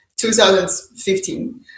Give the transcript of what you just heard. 2015